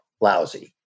Lousy